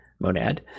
monad